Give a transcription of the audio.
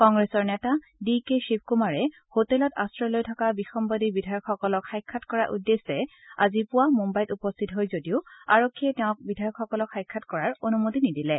কংগ্ৰেছৰ নেতা D K শিৱ কুমাৰে হোটেলত আশ্ৰয় লৈ থকা বিসম্বাদী বিধায়কসকলক সাক্ষাৎ কৰাৰ উদ্দেশ্যে আজি পুৱা মুম্বাইত উপস্থিত হয় যদিও আৰক্ষীয়ে তেওঁক বিধায়কসকলক সাক্ষাৎ কৰাৰ অনুমতি নিদিলে